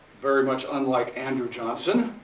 very much unlike andrew johnson.